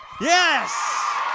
Yes